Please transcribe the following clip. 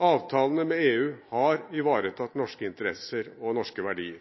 Avtalene med EU har ivaretatt norske interesser og norske verdier.